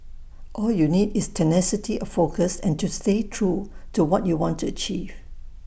all you need is tenacity of focus and to stay true to what you want to achieve